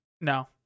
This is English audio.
no